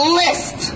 list